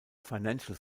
financial